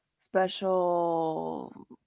special